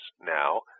now